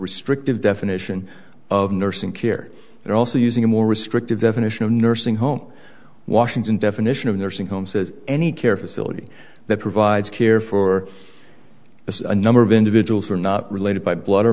restrictive definition of nursing care they're also using a more restrictive definition of nursing home washington definition of nursing home says any care facility that provides care for as a number of individuals who are not related by blood or